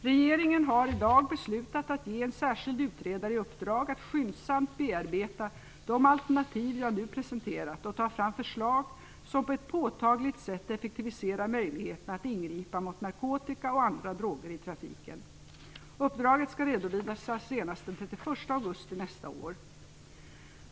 Regeringen har i dag beslutat att ge en särskild utredare i uppdrag att skyndsamt bearbeta de alternativ jag nu har presenterat och ta fram förslag som på ett påtagligt sätt effektiviserar möjligheten att ingripa mot narkotika och andra droger i trafiken. Uppdraget skall redovisas senast den 31 augusti nästa år.